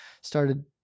started